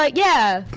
like yeah,